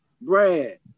Brad